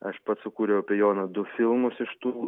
aš pats sukūriau apie joną du filmus iš tų